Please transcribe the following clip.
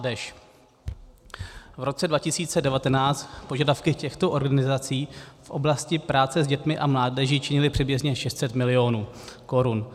V roce 2019 požadavky těchto organizací v oblasti práce s dětmi a mládeží činily přibližně 600 milionů korun.